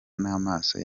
n’amaso